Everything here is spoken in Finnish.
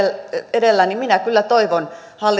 edellä minä kyllä toivon